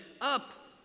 Up